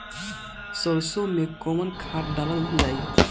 सरसो मैं कवन खाद डालल जाई?